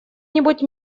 нибудь